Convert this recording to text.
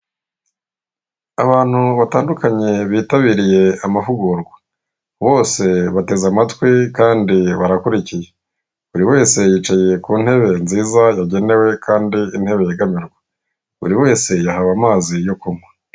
Abantu batandukanye bitabiriye amahugurwa, bose bateze amatwi kandi barakurikiye, buri wese yicaye kuntebe nziza yagenewe kandi intebe yegamirwa, buri wese yahawe amazi yo kunywa.